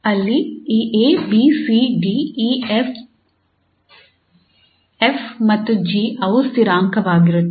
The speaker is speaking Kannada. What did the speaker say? ಅಲ್ಲಿ ಈ 𝐴 𝐵 𝐶 𝐷 𝐸 𝐹 𝐹 ಮತ್ತು 𝐺 ಅವು ಸ್ಥಿರಾಂಕವಾಗಿರುತ್ತವೆ